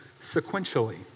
sequentially